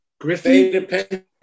Griffin